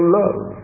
love